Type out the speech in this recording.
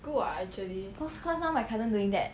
cause cause now my cousin doing that